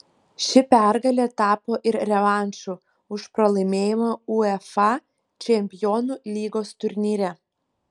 ši pergalė tapo ir revanšu už pralaimėjimą uefa čempionų lygos turnyre